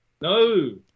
No